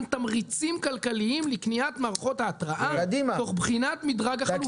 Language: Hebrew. תמריצים כלכליים לקניית מערכות ההתראה תוך בחינת מדרג החלופות למתן הסיוע.